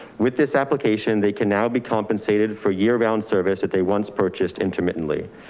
with this application, they can now be compensated for year round service that they once purchased intermittently.